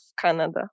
Canada